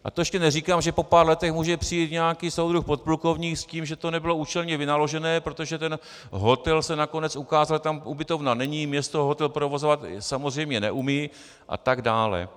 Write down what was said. A to ještě neříkám, že po pár letech může přijít nějaký soudruh podplukovník s tím, že to nebylo účelně vynaložené, protože se nakonec ukázalo, že tam ubytovna není, město hotel provozovat samozřejmě neumí atd.